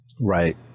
Right